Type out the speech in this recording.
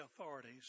authorities